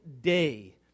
day